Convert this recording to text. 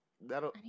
That'll